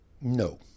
No